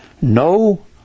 no